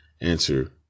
answer